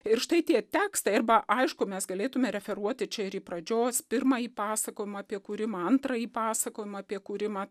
ir štai tie tekstai arba aišku mes galėtume referuoti čia ir į pradžios pirmąjį pasakojimą apie kūrimą antrąjį pasakojimą apie kūrimą